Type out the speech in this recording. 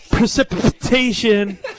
precipitation